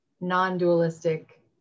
non-dualistic